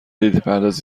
ایدهپردازی